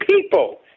people